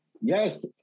Yes